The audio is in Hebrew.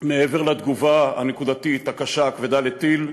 מעבר לתגובה הנקודתית הקשה הכבדה לטיל,